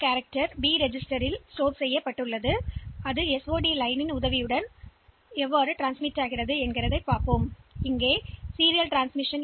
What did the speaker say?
எனவே ஒரு ASCII எழுத்தை கடத்துவதற்கான ஒரு எடுத்துக்காட்டை எடுத்துக்கொள்வோம் இந்த SOD வரியைப் பயன்படுத்தி B பதிவேட்டில் சேமிக்கவும்